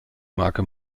marke